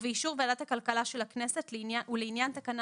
ובאישור ועדת הכלכלה של הכנסת ולעניין תקנה